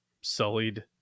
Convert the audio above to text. sullied